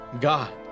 God